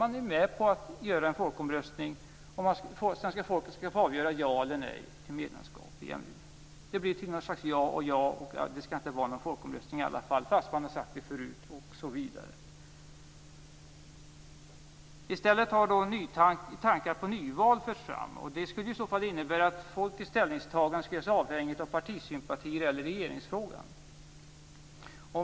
Man är med på att genomföra en folkomröstning, där svenska folket skall få säga ja eller nej till medlemskap i EMU. Det blir till något slags ja och ja, men det skall inte ske någon folkomröstning i alla fall trots att man har sagt det förut osv. I stället har tankar på nyval förts fram. Det skulle i så fall innebära att folkets ställningstagande skulle göras avhängigt av partisympatier när det gäller regeringsfrågan.